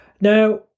Now